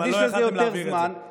להקדיש לזה יותר זמן,